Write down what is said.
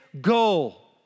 goal